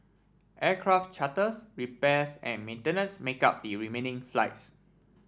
aircraft charters repairs and maintenance make up the remaining flights